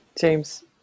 James